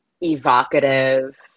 evocative